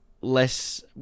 less